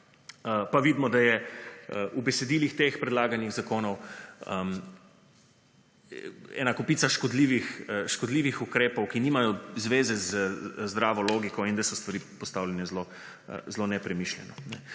pa vidimo, da je v besedilih teh predlaganih zakonov ena kopica škodljivih ukrepov, ki nimajo zvez z zdravo logiko, in da so stvari postavljene zelo nepremišljeno.